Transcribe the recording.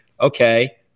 okay